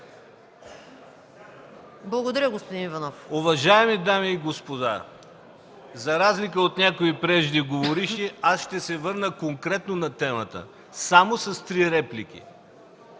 Благодаря Ви, госпожо председател. Уважаеми дами и господа, за разлика от някои преждеговоривши, аз ще се върна конкретно на темата само с три реплики.